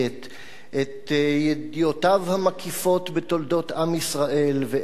את ידיעותיו המקיפות בתולדות עם ישראל וארץ-ישראל,